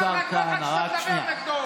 השר כהנא, רק שנייה.